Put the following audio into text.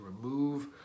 remove